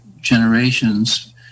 generations